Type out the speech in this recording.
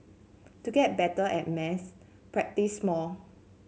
to get better at maths practise more